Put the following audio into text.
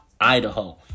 Idaho